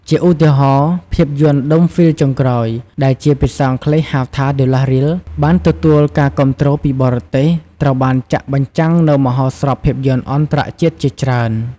ជាឧទាហរណ៍ ភាពយន្ត "ដុំហ្វីលចុងក្រោយ" ដែលជាភាសាអង់គ្លេស ហៅថា ដឺ ឡាស់ រីល (The Last Reel) បានទទួលបានការគាំទ្រពីបរទេស ត្រូវបានចាក់បញ្ចាំងនៅមហោស្រពភាពយន្តអន្តរជាតិជាច្រើន។